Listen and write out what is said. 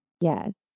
Yes